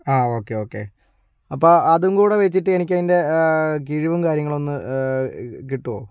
ആ okay okay അപ്പം അതൂം കൂടി വെച്ചിട്ട് എനിക്ക് അതിൻ്റെ കിഴിവും കാര്യങ്ങളൊന്ന് കിട്ടുമോ